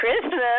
Christmas